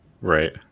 right